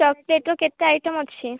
chocolate ର କେତେ item ଅଛି